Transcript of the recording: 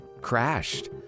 crashed